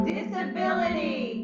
Disability